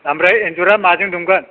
ओमफ्राय इन्जुरा माजों दुमगोन